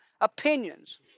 opinions